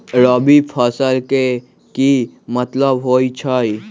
रबी फसल के की मतलब होई छई?